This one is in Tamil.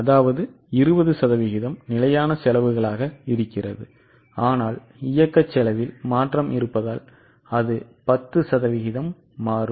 அதாவது 20 சதவிகிதம் நிலையான செலவுகளாக இருக்கிறது ஆனால் இயக்க செலவில் மாற்றம் இருப்பதால் அது 10 சதவிகிதம் மாறும்